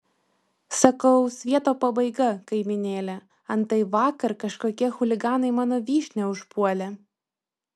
sakau svieto pabaiga kaimynėle antai vakar kažkokie chuliganai mano vyšnią užpuolė